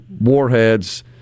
warheads